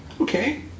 Okay